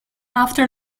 after